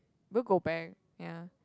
we'll go back ya